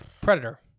Predator